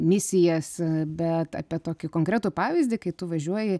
misijas bet apie tokį konkretų pavyzdį kai tu važiuoji